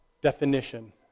definition